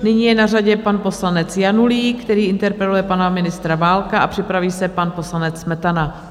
Nyní je na řadě pan poslanec Janulík, který interpeluje pana ministra Válka, a připraví se pan poslanec Smetana.